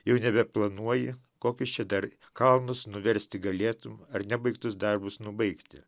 jau nebeplanuoji kokius čia dar kalnus nuversti galėtumei ar nebaigtus darbus nubaigti